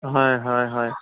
হয় হয় হয়